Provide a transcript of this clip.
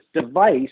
device